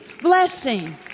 blessing